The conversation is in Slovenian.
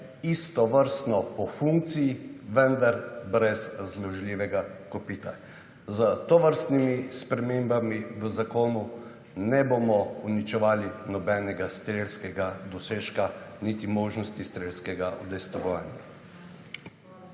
istovrstno po funkciji, vendar brez zložljivega kopita. Z tovrstnimi spremembami v zakonu ne bomo uničevali nobenega strelskega dosežka, niti možnosti strelskega udejstvovanja.